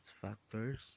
factors